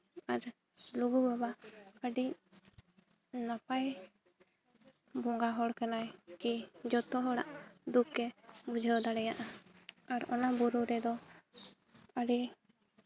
ᱟᱨ ᱞᱩᱜᱩ ᱵᱟᱵᱟ ᱟᱹᱰᱤ ᱱᱟᱯᱟᱭ ᱵᱚᱸᱜᱟ ᱦᱚᱲ ᱠᱟᱱᱟᱭ ᱪᱮ ᱡᱚᱛᱚ ᱦᱚᱲᱟᱜ ᱫᱩᱠᱮ ᱵᱩᱷᱟᱹᱣ ᱫᱟᱲᱮᱭᱟᱜᱼᱟ ᱟᱨ ᱚᱱᱟ ᱵᱩᱨᱩ ᱨᱮᱫᱚ ᱟᱹᱰᱤ